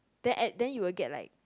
then at then you will get like